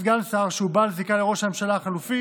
סגן שר שהוא בעל זיקה לראש הממשלה החלופי